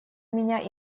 меня